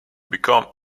became